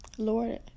Lord